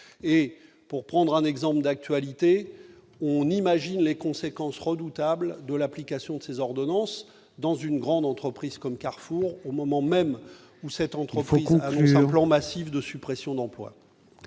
Pour prendre un exemple tiré de l'actualité, on imagine les conséquences redoutables qu'aurait l'application de ces ordonnances dans une grande entreprise comme Carrefour, dont la direction vient d'annoncer un plan massif de suppression d'emplois.